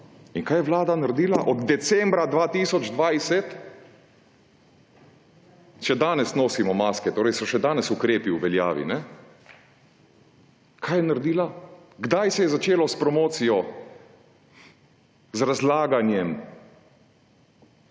In kaj je vlada naredila? Od decembra 2020 še do danes nosimo maske. Torej so še danes ukrepi v veljavi. Kaj je naredila? Kdaj se je začela promocija z razlaganjem,